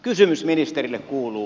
kysymys ministerille kuuluu